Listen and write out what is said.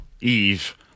Eve